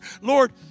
Lord